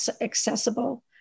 accessible